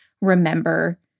remember